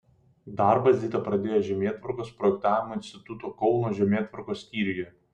darbą zita pradėjo žemėtvarkos projektavimo instituto kauno žemėtvarkos skyriuje